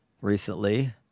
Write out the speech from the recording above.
recently